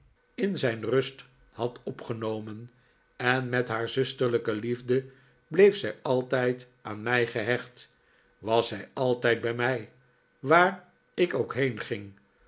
in zijn rust had opgenomen en met haar zusterlijke liefde bleef zij altijd aan mij gehecht en was zij altijd bij mij waar ik ook heenging